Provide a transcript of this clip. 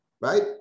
right